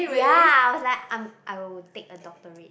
ya I was like I'm I would take a doctorate